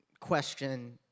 question